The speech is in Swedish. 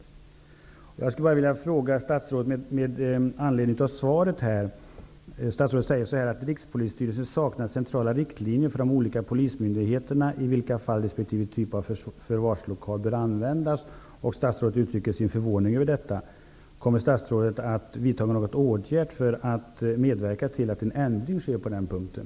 Statsrådet säger att Rikspolisstyrelsen saknar centrala riktlinjer för de olika polismyndigheterna om i vilka fall resp. typ av förvarslokal bör användas. Statsrådet uttrycker sin förvåning över detta. Kommer statsrådet att vidta någon åtgärd för att medverka till att någon ändring sker på den punkten?